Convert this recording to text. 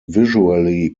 visually